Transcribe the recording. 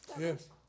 Yes